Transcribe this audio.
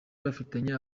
bafitanye